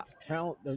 talent